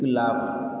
इख़्तिलाफ़ु